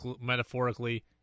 metaphorically